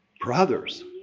brothers